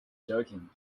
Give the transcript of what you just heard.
joking